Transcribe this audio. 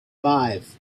five